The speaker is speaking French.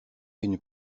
une